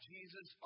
Jesus